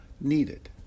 needed